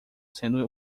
sendo